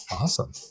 Awesome